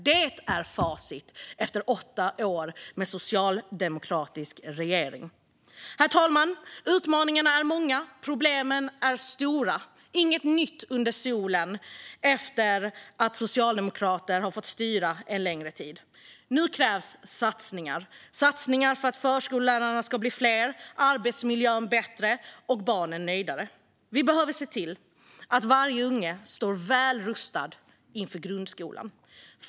Det är facit efter åtta år med socialdemokratisk regering. Herr talman! Att utmaningarna är många och problemen stora är inget nytt under solen efter det att Socialdemokraterna fått styra en längre tid. Nu krävs satsningar för att förskollärarna ska bli fler, arbetsmiljön bättre och barnen nöjdare. Man behöver se till att varje unge står väl rustad inför grundskolan.